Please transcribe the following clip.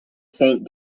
saint